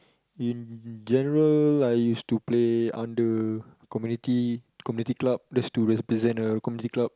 in general I used to play under community community club just to represent a community club